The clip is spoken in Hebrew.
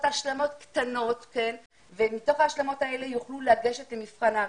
השלמות קטנות ומתוך ההשלמות האלה יוכלו לגשת למבחן הרישוי.